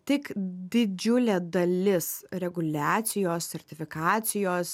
tik didžiulė dalis reguliacijos sertifikacijos